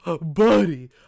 Buddy